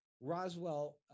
Roswell